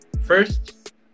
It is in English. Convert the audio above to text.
first